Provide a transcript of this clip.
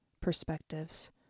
perspectives